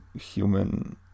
human